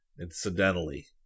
Incidentally